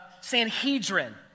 Sanhedrin